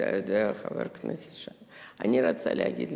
אתה יודע, חבר הכנסת שי, אני רוצה להגיד לך,